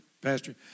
Pastor